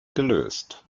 gelöst